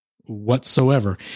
whatsoever